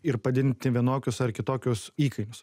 ir padidinti vienokius ar kitokius įkainius